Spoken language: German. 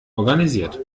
organisiert